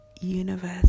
universe